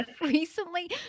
recently